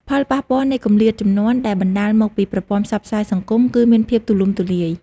ផលប៉ះពាល់នៃគម្លាតជំនាន់ដែលបណ្តាលមកពីប្រព័ន្ធផ្សព្វផ្សាយសង្គមគឺមានភាពទូលំទូលាយ។